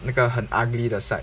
那个很 ugly the side